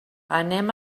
anem